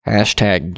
Hashtag